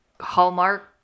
Hallmark